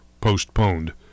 postponed